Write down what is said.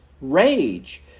rage